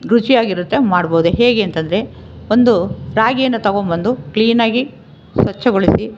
ರುಚಿಯಾಗಿರುತ್ತೆ ಮಾಡ್ಬೋದು ಹೇಗೆ ಅಂತಂದರೆ ಒಂದು ರಾಗಿಯನ್ನು ತಗೋಬಂದು ಕ್ಲೀನಾಗಿ ಸ್ವಚ್ಛಗೊಳಿಸಿ